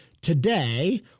today